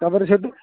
ତା'ପରେ ସେଇଠୁ